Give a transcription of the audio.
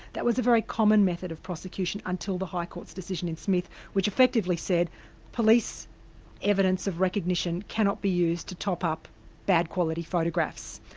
that was a very common method of prosecution until the high court's decision in smith which effectively said police evidence of recognition cannot be used to top up bad quality photographs.